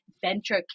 venture